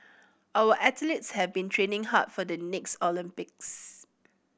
our athletes have been training hard for the next Olympics